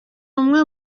umwe